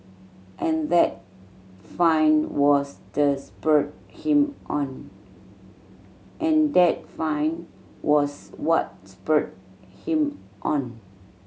and that find was the spurred him on and that find was what spurred him on